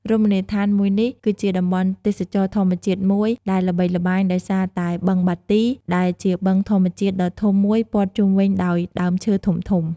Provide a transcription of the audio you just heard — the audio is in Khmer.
រមណីយដ្ឋានមួយនេះ គឺជាតំបន់ទេសចរណ៍ធម្មជាតិមួយដែលល្បីល្បាញដោយសារតែបឹងបាទី ដែលជាបឹងធម្មជាតិដ៏ធំមួយព័ទ្ធជុំវិញដោយដើមឈើធំៗ។